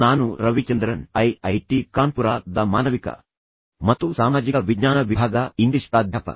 ನಾನು ರವಿಚಂದ್ರನ್ ಐಐಟಿ ಕಾನ್ಪುರ ದ ಮಾನವಿಕ ಮತ್ತು ಸಾಮಾಜಿಕ ವಿಜ್ಞಾನ ವಿಭಾಗದ ಇಂಗ್ಲಿಷ್ ಪ್ರಾಧ್ಯಾಪಕ